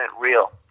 real